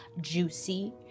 juicy